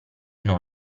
non